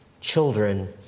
Children